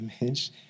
image